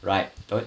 right